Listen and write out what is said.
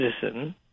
citizen